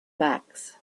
backs